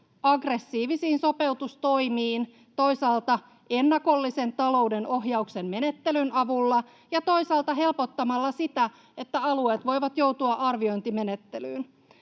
aggressiivisiin sopeutustoimiin toisaalta ennakollisen talouden ohjauksen menettelyn avulla ja toisaalta helpottamalla sitä, että alueet voivat joutua arviointimenettelyyn.